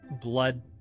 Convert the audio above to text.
blood